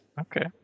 Okay